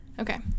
Okay